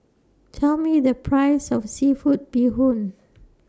Tell Me The Price of Seafood Bee Hoon